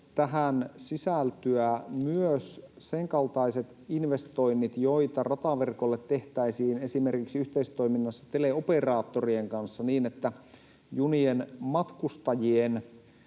tähän sisältyä myös senkaltaiset investoinnit, joita rataverkolle tehtäisiin esimerkiksi yhteistoiminnassa teleoperaattorien kanssa, että junien matkustajien